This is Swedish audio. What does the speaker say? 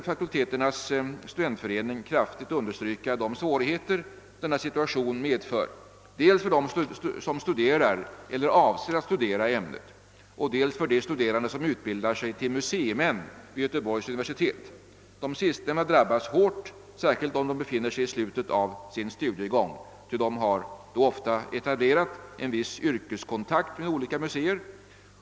Föreningen vill »kraftigt understryka de svårigheter denna situation medför dels för dem som studerar eller avser att studera i ämnet och dels för de stu derande som utbildar sig till museimän vid Göteborgs universitet. De sistnämnda drabbas hårt — särskilt om de befinner sig i slutet av sin studiegång, ty de har då ofta etablerat en viss yrkeskontakt med olika museer.